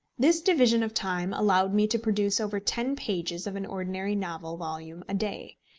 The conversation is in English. this division of time allowed me to produce over ten pages of an ordinary novel volume a day,